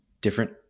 Different